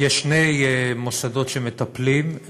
יש שני מוסדות שמטפלים,